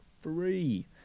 free